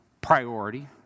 priority